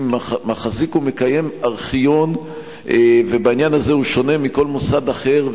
מחזיק ומקיים ארכיון ובעניין הזה הוא שונה מכל מוסד אחר.